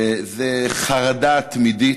זאת חרדה תמידית.